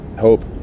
hope